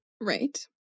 right